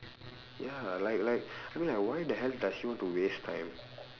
ya like like I mean like why the hell does she want to waste time